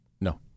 No